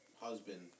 husband